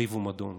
ריב ומדון.